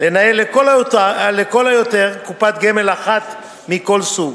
לנהל לכל היותר קופת גמל אחת מכל סוג,